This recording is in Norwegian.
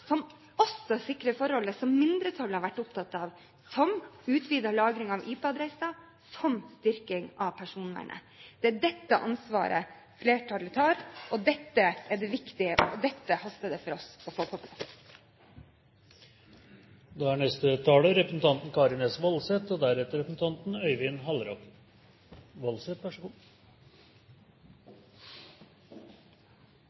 som også sikrer forhold som mindretallet har vært opptatt av, som utvidet lagring av IP-adresser, som styrking av personvernet. Det er dette ansvaret flertallet tar. Dette er det viktige, og dette haster det for oss å få på plass. Jeg vil også kommentere litt av det som er